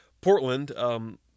Portland